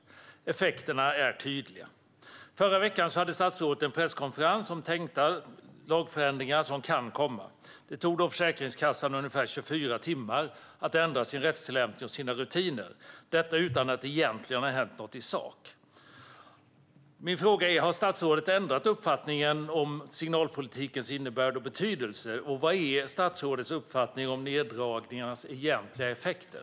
Effekterna är tydliga. Förra veckan hade statsrådet en presskonferens om tänkta lagförändringar som kan komma. Det tog Försäkringskassan ungefär 24 timmar att ändra sin rättstillämpning och sina rutiner, detta utan att det egentligen har hänt något i sak. Min fråga är: Har statsrådet ändrat uppfattning om signalpolitikens innebörd och betydelse? Vad är statsrådets uppfattning om neddragningarnas egentliga effekter?